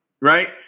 right